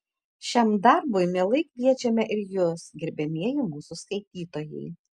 šiam darbui mielai kviečiame ir jus gerbiamieji mūsų skaitytojai